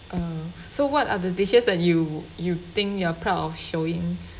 um so what are the dishes that you you think you are proud of showing